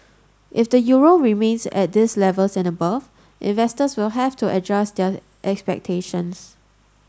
if the euro remains at these levels and above investors will have to adjust their expectations